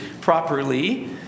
properly